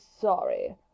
sorry